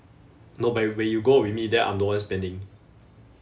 no but wh~ when you go with me then I'm the one spending